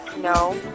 No